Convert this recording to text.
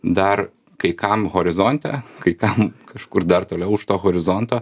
dar kai kam horizonte kai kam kažkur dar toliau už to horizonto